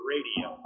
Radio